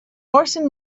forcing